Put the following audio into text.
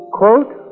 quote